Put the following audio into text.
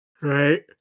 Right